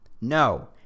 No